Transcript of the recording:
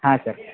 ಹಾಂ ಸರ್